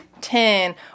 Ten